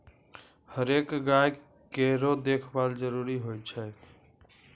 हरेक गाय केरो देखभाल जरूरी होय छै